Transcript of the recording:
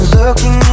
looking